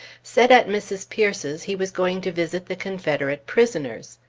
said at mrs. peirce's he was going to visit the confederate prisoners.